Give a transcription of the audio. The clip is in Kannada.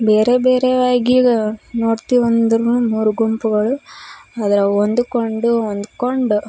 ಬೇರೆ ಬೇರೆವಾಗಿ ಈಗ ನೋಡ್ತೀವಿ ಅಂದ್ರೂನು ಮೂರು ಗುಂಪುಗಳು ಅದ್ರಾಗ ಹೊಂದುಕೊಂಡು ಹೊಂದಿಕೊಂಡು